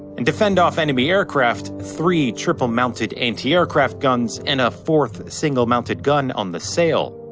and to fend off enemy aircraft, three triple-mounted anti-aircraft guns and a fourth single mounted gun on the sail.